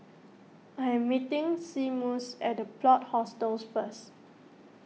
I am meeting Seamus at the Plot Hostels first